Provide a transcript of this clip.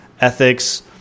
ethics